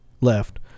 Left